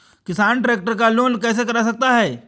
किसान ट्रैक्टर का लोन कैसे करा सकता है?